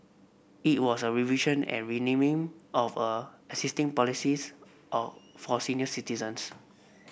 it was a revision and renaming of a existing policies of for senior citizens